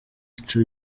ico